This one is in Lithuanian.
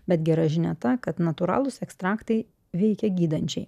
bet gera žinia ta kad natūralūs ekstraktai veikia gydančiai